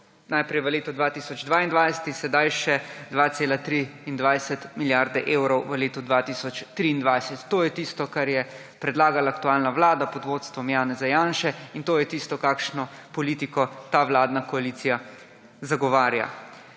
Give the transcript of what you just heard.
najprej v letu 2022, sedaj še 2,23 milijarde evrov v letu 2023. To je tisto, kar je predlagala aktualna vlada pod vodstvom Janeza Janše, in to je tisto, kakšno politiko ta vladna koalicija zagovarja.